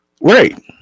Right